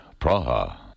Praha